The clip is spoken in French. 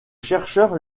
chercheurs